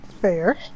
fair